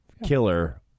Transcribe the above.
Killer